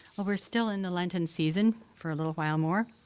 ah we're still in the lenten season for a little while more,